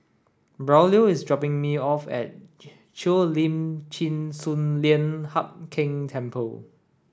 Braulio is dropping me off at Cheo Lim Chin Sun Lian Hup Keng Temple